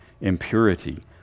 impurity